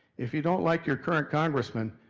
if you don't like your current congressman,